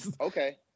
Okay